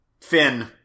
Finn